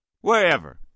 Wherever